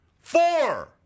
Four